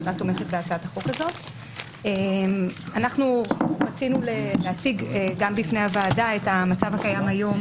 אנחנו רצינו להציג בפני הוועדה את המצב הקיים היום